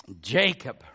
Jacob